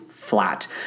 flat